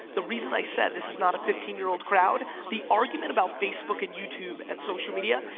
the reason i said this is not a fifteen year old crowd. the argument about facebook and youtube and social media,